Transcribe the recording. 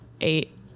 eight